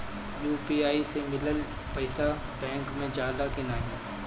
UPI से मिलल पईसा बैंक मे जाला की नाहीं?